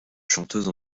chanteuse